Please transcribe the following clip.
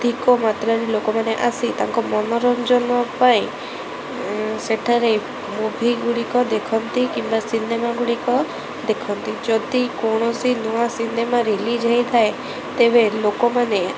ଅଧିକ ମାତ୍ରାରେ ଲୋକମାନେ ଆସି ତାଙ୍କ ମନୋରଞ୍ଜନ ପାଇଁ ସେଠାରେ ମୁଭିଗୁଡ଼ିକ ଦେଖନ୍ତି କିମ୍ବା ସିନେମାଗୁଡ଼ିକ ଦେଖନ୍ତି ଯଦି କୌଣସି ନୂଆ ସିନେମା ରିଲିଜ ହୋଇଥାଏ ତେବେ ଲୋକମାନେ